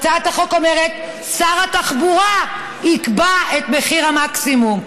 הצעת החוק אומרת: שר התחבורה יקבע את מחיר המקסימום.